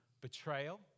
betrayal